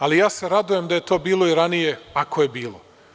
Ali, ja se radujem da je to bilo i ranije, ako je bilo.